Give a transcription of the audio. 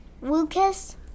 Lucas